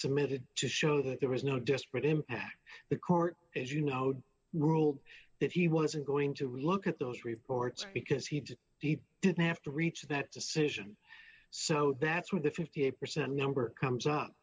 submitted to show that there was no disparate impact the court as you now did rule that he wasn't going to look at those reports because he didn't he didn't have to reach that decision so that's where the fifty eight percent number comes up